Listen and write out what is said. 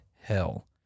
hell